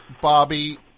Bobby